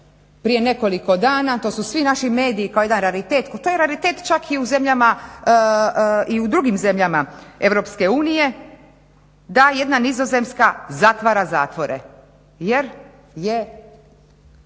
prije nekoliko dana, to su svi naši mediji kao jedan raritet, to je raritet čak i u zemljama i u drugim zemljama EU da jedna Nizozemska zatvara zatvore jer je